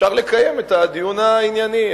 אפשר לקיים את הדיון הענייני.